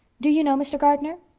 do you know mr. gardner?